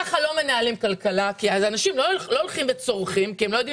כך לא מנהלים כלכלה כי אז אנשים לא צורכים כי הם לא יודעים